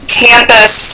campus